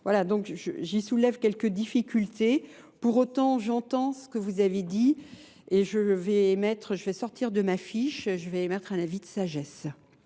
Voilà, donc j'y soulève quelques difficultés. Pour autant, j'entends ce que vous avez dit et je vais sortir de ma fiche. Je vais émettre un avis de sagesse.